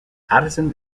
addison